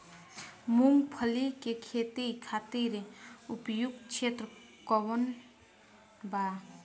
मूँगफली के खेती खातिर उपयुक्त क्षेत्र कौन वा?